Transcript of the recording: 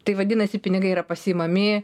taip vadinasi pinigai yra pasiimami